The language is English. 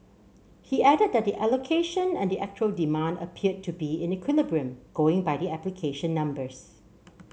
he added that the allocation and the actual demand appeared to be in equilibrium going by the application numbers